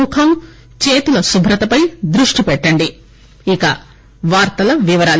ముఖం చేతుల శుభ్రతపై దృష్టి పెట్టండి ఇప్పుడు వార్తల వివరాలు